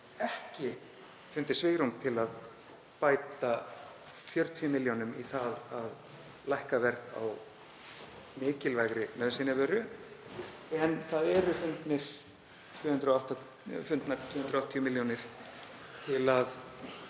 ekki fundið svigrúm til að bæta 40 milljónum í það að lækka verð á mikilvægri nauðsynjavöru en það eru fundnar 280 milljónir til að